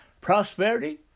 Prosperity